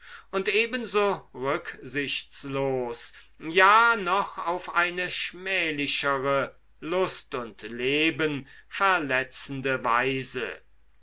und ebenso rücksichtslos ja noch auf eine schmählichere lust und leben verletzende weise